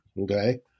Okay